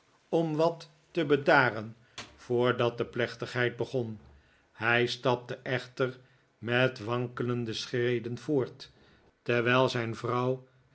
om wat te bedaren voordat de plechtigheid begon hij stapte echter met wankelende schreden voort terwijl zijn